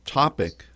topic